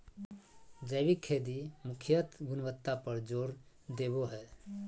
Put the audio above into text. जैविक खेती मुख्यत गुणवत्ता पर जोर देवो हय